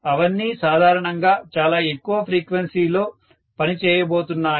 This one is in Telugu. అవన్నీ సాధారణంగా చాలా ఎక్కువ ఫ్రీక్వెన్సీలో పని చేయబోతున్నాయి